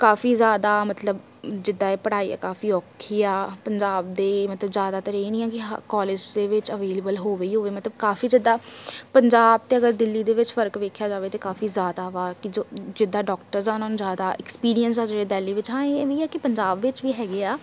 ਕਾਫ਼ੀ ਜ਼ਿਆਦਾ ਮਤਲਬ ਜਿੱਦਾਂ ਇਹ ਪੜ੍ਹਾਈ ਆ ਕਾਫ਼ੀ ਔਖੀ ਆ ਪੰਜਾਬ ਦੇ ਮਤਲਬ ਜ਼ਿਆਦਾਤਰ ਇਹ ਨਹੀਂ ਆ ਕਿ ਹ ਕਾਲਜ ਦੇ ਵਿੱਚ ਅਵੇਲੇਬਲ ਹੋਵੇ ਹੀ ਹੋਵੇ ਮਤਲਬ ਕਾਫ਼ੀ ਜਿੱਦਾਂ ਪੰਜਾਬ ਅਤੇ ਅਗਰ ਦਿੱਲੀ ਦੇ ਵਿੱਚ ਫ਼ਰਕ ਦੇਖਿਆ ਜਾਵੇ ਤਾਂ ਕਾਫ਼ੀ ਜ਼ਿਆਦਾ ਵਾ ਕਿ ਜੋ ਜਿੱਦਾਂ ਡੋਕਟਰਸ ਆ ਉਹਨਾਂ ਨੂੰ ਜ਼ਿਆਦਾ ਐਕਸਪੀਰੀਅੰਸ ਆ ਜਦੋਂ ਦਿੱਲੀ ਵਿੱਚ ਹਾਂ ਇਹ ਵੀ ਆ ਕਿ ਪੰਜਾਬ ਵਿੱਚ ਵੀ ਹੈਗੇ ਆ